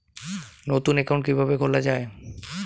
নতুন একাউন্ট কিভাবে খোলা য়ায়?